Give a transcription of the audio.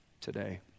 today